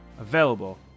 available